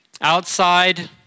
outside